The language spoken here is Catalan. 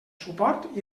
suport